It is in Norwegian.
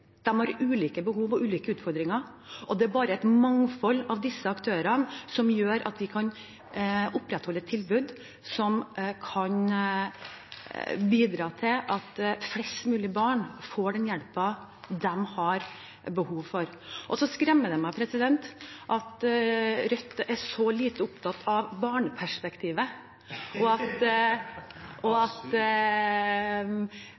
har ulike behov og ulike utfordringer, og det er bare et mangfold av disse aktørene som gjør at vi kan opprettholde tilbud som kan bidra til at flest mulige barn får den hjelpen de har behov for. Det skremmer meg at Rødt er så lite opptatt av barneperspektivet, og at